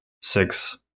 six